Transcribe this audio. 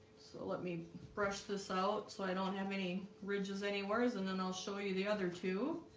so let me brush this out so i don't have any ridges anywheres and then i'll show you the other two